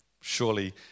Surely